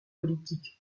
politiques